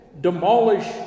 demolish